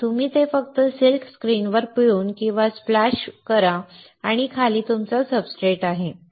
आणि तुम्ही ते फक्त सिल्क स्क्रीनवर पिळून किंवा स्प्लॅश करा आणि खाली तुमचा सब्सट्रेट आहे